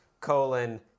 colon